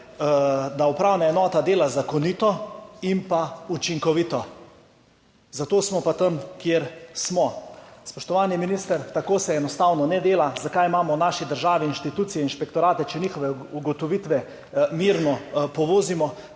da upravna enota dela zakonito in učinkovito. Zato smo pa tam, kjer smo. Spoštovani minister, tako se enostavno ne dela. Zakaj imamo v naši državi institucije, inšpektorate, če njihove ugotovitve mirno povozimo?